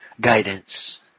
Guidance